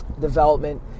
development